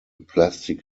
plastic